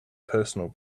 personal